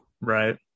Right